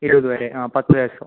ഇരുപത് വരെ ആ പത്ത് ശേഷം